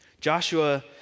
Joshua